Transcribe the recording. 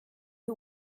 who